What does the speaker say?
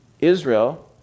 Israel